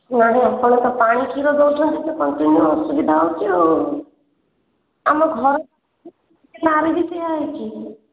ନାଇଁ ଆପଣ ତ ପାଣି କ୍ଷୀର ଦେଉଛନ୍ତି କଣ୍ଟିନ୍ୟୁ ଅସୁବିଧା ହେଉଛି ଆଉ ଆମ ଘର ବି ସେୟା ହୋଇଛି